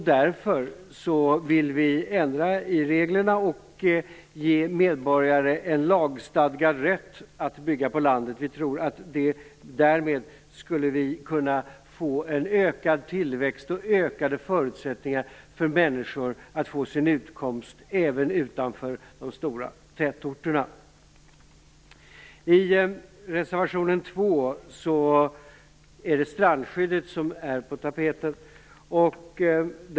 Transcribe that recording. Därför vill vi ändra i reglerna och ge medborgare en lagstadgad rätt att bygga på landet. Vi tror att det därmed skulle kunna bli ökad tillväxt och ökade förutsättningar för människor att få sin utkomst även utanför de stora tätorterna. I reservation nr 2 är det strandskyddet som är på tapeten.